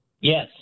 yes